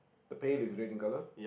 the pail is red in colour